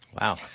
Wow